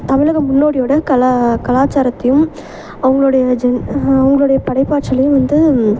தமிழக முன்னோடியோட கலா கலாச்சாரத்தையும் அவங்களுடைய ஜென் அவங்களுடைய படைப்பாற்றலையும் வந்து